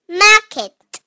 market